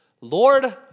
Lord